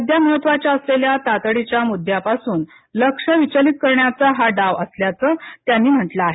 सध्या महत्त्वाच्या असलेल्या तातडीच्या मुद्द्यापासून लक्ष विचलित करण्याचा हा डाव असल्याचं त्यांनी म्हटलं आहे